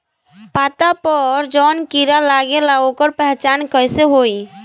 पत्ता पर जौन कीड़ा लागेला ओकर पहचान कैसे होई?